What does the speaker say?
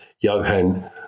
Johan